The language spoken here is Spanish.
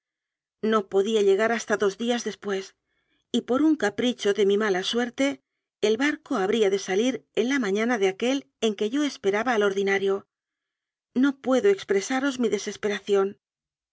no podía llegar hasta dos días después y por un capricho de mi mala suerte el barco habría de salir en la mañana de aquel en que yo esperaba al ordinario no puedo expre saros mi desesperación